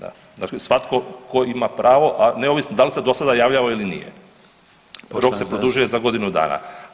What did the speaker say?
Dakle, svatko tko ima pravo, a neovisno da li se do sada javljao ili nije, rok se produžuje za godinu dana.